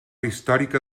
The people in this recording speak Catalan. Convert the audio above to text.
històrica